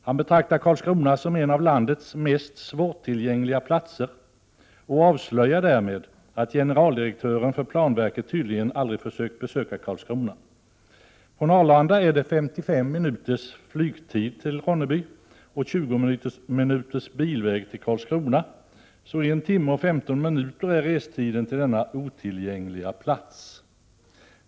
Han betraktar Karlskrona som en av landets mest svårtillgängliga platser och avslöjar därmed att generaldirektören för planverket tydligen aldrig försökt besöka Karlskrona. Från Arlanda är det 55 minuters flygtid till Ronneby, och sedan är det 20 minuters bilväg till Karlskrona. En timme och 15 minuter är alltså restiden till denna ”otillgängliga” plats.